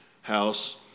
house